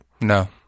No